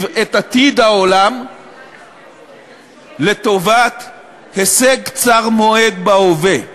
את עתיד העולם לטובת הישג קצר-מועד בהווה.